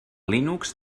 linux